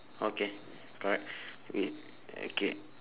okay correct wait okay